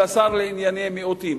אלא שר לענייני מיעוטים.